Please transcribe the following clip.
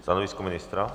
Stanovisko ministra?